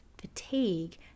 fatigue